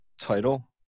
title